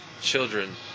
Children